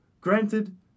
granted